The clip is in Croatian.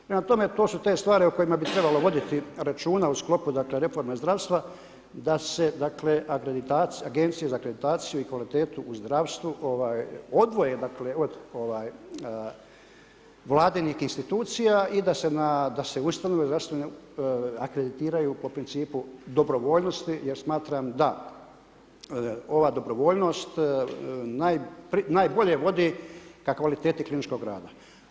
Prema tome, to su te stvari o kojima bi trebalo voditi računa u sklopu reforme zdravstva, da se agencija za akreditaciju i kvalitetu u zdravstvu odvoje od vladinih insinuacija i da se na ustanovama zdravstvene akreditiraju po principu dobrovoljnosti, jer smatram da ova dobrovoljnost najbolje vodi ka kvaliteti kliničkog rada.